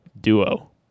duo